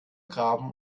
graben